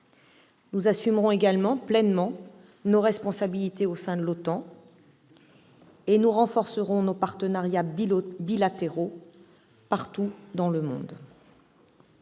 Nous assumerons également pleinement nos responsabilités au sein de l'OTAN et nous renforcerons nos partenariats bilatéraux partout dans le monde.